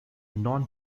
non